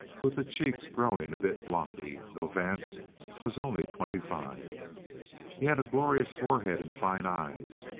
with the cheeks growing a bit blocky, though vance was only twenty-five. he had a glorious forehead and fine eyes,